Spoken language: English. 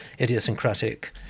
idiosyncratic